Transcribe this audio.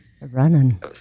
running